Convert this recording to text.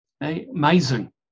amazing